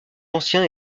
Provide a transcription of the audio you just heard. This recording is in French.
ancien